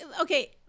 okay